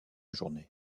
journée